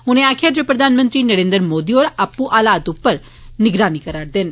उनें आखेआ जे प्रधानमंत्री नरेन्द्र मोदी होर आपूं हालात दी निगरानी करा'रदे न